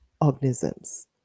organisms